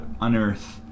unearth